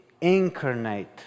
incarnate